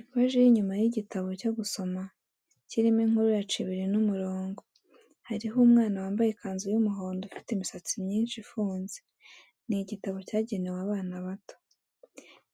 Ipaji y'inyuma y'igitabo cyo gusoma kirimo inkuru ya Cibiri n'umurongo, hariho umwana wambaye ikanzu y'umuhondo ufite imisatsi myinshi ifunze, ni igitabo cyagenewe abana bato.